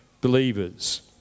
believers